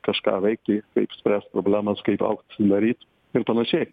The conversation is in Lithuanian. kažką veikti kaip spręst problemas kaip augt daryt ir panašiai